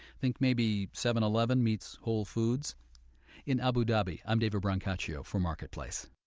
think maybe seven eleven meets whole foods in abu dhabi, i'm david brancaccio for marketplace.